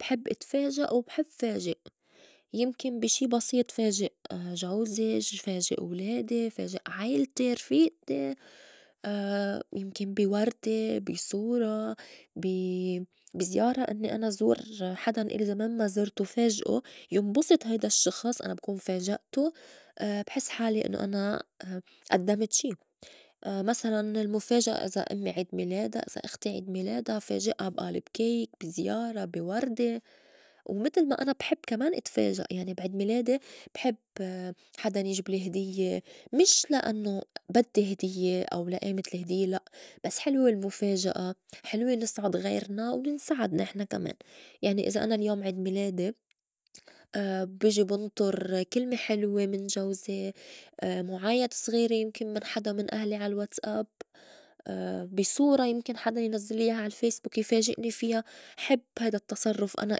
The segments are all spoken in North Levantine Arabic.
بحب أتفاجأ وبحب فاجئ يمكن بي شي بسيط فاجئ جوزي، فاجئ ولادي، فاجئ عيلتي، رفيئتي، يمكن بي وردة، بي صورة، بي- بي زيارة إنّي أنا زور حدَاً إلي زمان ما زرتو فاجئو بينبسط هيدا الشّخص أنا بكون فاجئتو بحس حالي إنّو أنا أدّمت شي، مسلاً المُفاجأة إذا أمّي عيد ميلادا إذا أختي عيد ميلادا فاجئا بآلب cake، بي زيارة، بي وردة، ومتل ما أنا بحب كمان اتفاجئ يعني بعيد ميلادي بحب حداً يجبلي هديّة مش لأنّو بدّي هديّة أو لا ئيمة الهديّة لأ بس حلوة المُفاجأة حلوة نسعد غيرنا وننسعد نحن كمان، يعني إذا أنا اليوم عيد ميلادي بيجي بنطُر كلمة حلوة من جوزي مُعايدة زغيرة يمكن من حدا من أهلي على الواتس أب بي صورة يمكن حدا ينزلّي ياها عالفيسبوك يفاجئني فيا حب هيدا التصرُّف إنا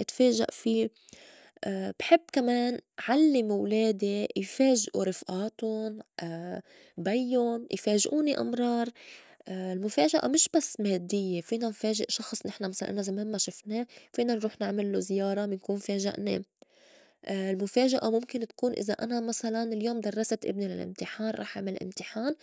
أتفاجأ في، بحب كمان علّم ولادي يفجئو رفئاتُن بيُّن يفاجئوني أمرار المُفاجأة مش بس ماديّة فينا نفاجئ شخص نحن مسلاً شخص إلنا زمان ما شفنا فينا نروح نعملّو زيارة منكون فاجئنا، المُفاجأة مُمكن تكون إذا أنا مسلاً اليوم درّست إبني للأمتحان راح عمل إمتحان.